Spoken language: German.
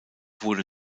wurde